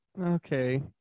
Okay